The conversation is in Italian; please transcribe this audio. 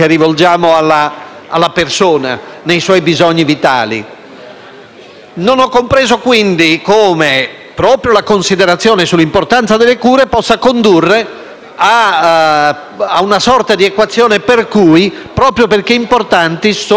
Non ho compreso come proprio la considerazione sull'importanza delle cure possa condurre a una sorta di equazione per cui, proprio perché importanti, sono rinunciabili tanto quanto le terapie.